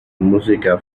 música